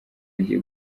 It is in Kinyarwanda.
hagiye